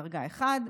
דרגה 1,